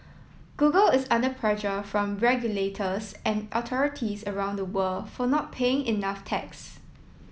Google is under pressure from regulators and authorities around the world for not paying enough tax